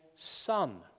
Son